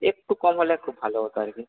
একটু কম হলে খুব ভালো হতো আর কি